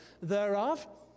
thereof